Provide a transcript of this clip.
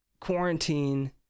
quarantine